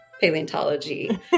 paleontology